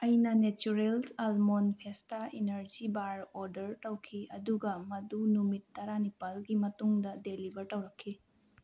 ꯑꯩꯅ natural almond ꯐꯦꯁꯇꯥ energy bar order ꯇꯧꯈꯤ ꯑꯗꯨꯒ ꯃꯗꯨ ꯅꯨꯃꯤꯠ ꯇꯔꯥ ꯅꯤꯄꯥꯜꯒꯤ ꯃꯇꯨꯡꯗ ꯗꯦꯂꯤꯕꯔ ꯇꯧꯔꯛꯈꯤ